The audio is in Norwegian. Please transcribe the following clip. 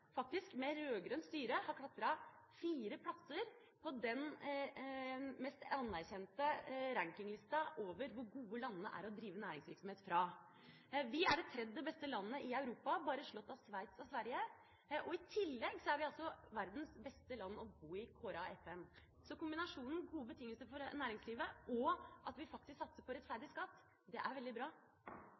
faktisk med rød-grønt styre, har klatret fire plasser på den mest anerkjente rankinglisten over hvor gode landene er å drive næringsvirksomhet fra. Vi er det tredje beste landet i Europa, bare slått av Sveits og Sverige. I tillegg er vi verdens beste land å bo i, kåret av FN. Kombinasjonen gode betingelser for næringslivet og at vi faktisk satser på rettferdig skatt, er veldig bra.